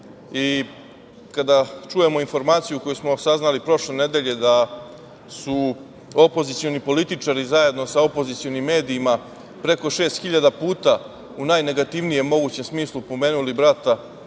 i kada čujemo informaciju koju smo saznali prošle nedelje da su opozicioni političari zajedno sa opozicionim medijima preko šest hiljada puta u najnegativnijem mogućem smislu pomenuli brata